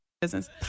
business